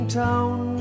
town